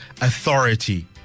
authority